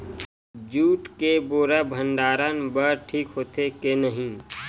Jute के बोरा भंडारण बर ठीक होथे के नहीं?